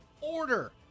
order